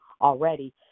already